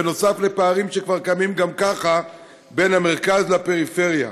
נוסף לפערים שכבר שקיימים גם ככה בין המרכז לפריפריה.